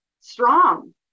strong